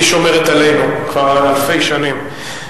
היא שומרת עלינו כבר אלפי שנים.